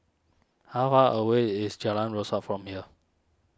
how far away is Jalan Rasok from here